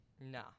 No